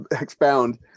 expound